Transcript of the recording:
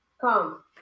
come